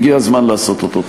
והגיע הזמן לעשות אותו.